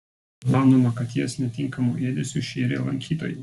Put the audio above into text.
manoma kad jas netinkamu ėdesiu šėrė lankytojai